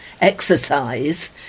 exercise